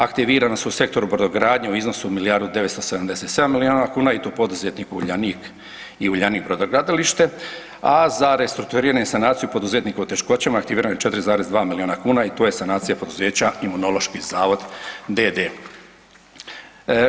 Aktivirana su u Sektoru brodogradnje u iznosu od milijardu i 977 milijuna kuna i to poduzetnik Uljanik i Uljanik brodogradilište, a za restrukturiranje i sanaciju poduzetnika u teškoćama aktivirano je 4,2 milijuna kuna i to je sanacija poduzeća Imunološki zavod d.d.